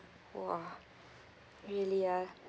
!wah! really ah